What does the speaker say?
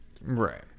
Right